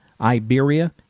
Iberia